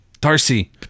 Darcy